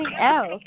else